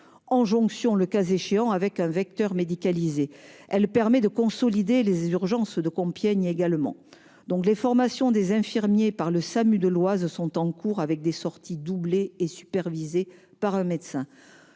en jonction, le cas échéant, avec un vecteur médicalisé. Elle permet également de consolider les urgences de Compiègne. Les formations des infirmiers par le Samu de l'Oise sont en cours, avec des sorties « doublées et supervisées » par un médecin.